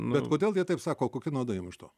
bet kodėl jie taip sako kokia nauda jiem iš to